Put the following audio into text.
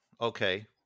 Okay